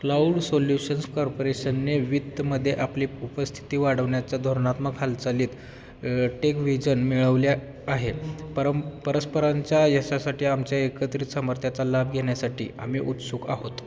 cloud Solutions कार्पोरेशनने वित्तमध्ये आपली प् उपस्थिती वाढवण्याच्या धोरणात्मक हालचालीत टेकव्हिजन मिळवल्या आहे परं परस्परांच्या यशासाठी आमच्या एकत्रित सामर्थ्याचा लाभ घेण्यासाठी आम्ही उत्सुक आहोत